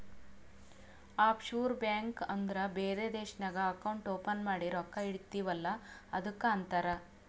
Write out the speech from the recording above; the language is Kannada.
ಆಫ್ ಶೋರ್ ಬ್ಯಾಂಕ್ ಅಂದುರ್ ಬೇರೆ ದೇಶ್ನಾಗ್ ಅಕೌಂಟ್ ಓಪನ್ ಮಾಡಿ ರೊಕ್ಕಾ ಇಡ್ತಿವ್ ಅಲ್ಲ ಅದ್ದುಕ್ ಅಂತಾರ್